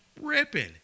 ripping